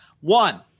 One